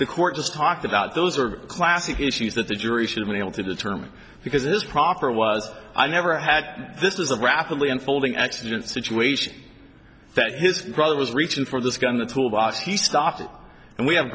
the court just talked about those are classic issues that the jury should be able to determine because this proper was i never had this is a rapidly unfolding accident situation that his brother was reaching for this gun the tool box he stopped and we